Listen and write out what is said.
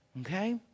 Okay